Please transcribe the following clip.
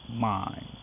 mind